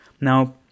Now